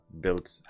built